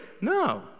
No